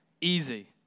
easy